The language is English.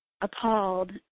appalled